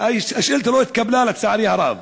והשאילתה לא התקבלה, לצערי הרב.